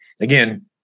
again